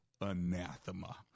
anathema